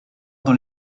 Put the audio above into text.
dans